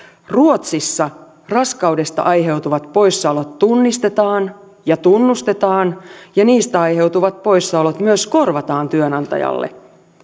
ruotsissa raskaudesta aiheutuvat poissaolot tunnistetaan ja tunnustetaan ja niistä aiheutuvat poissaolot myös korvataan työnantajalle